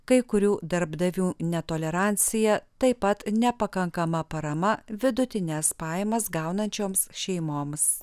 kai kurių darbdavių netolerancija taip pat nepakankama parama vidutines pajamas gaunančioms šeimoms